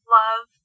love